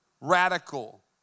Radical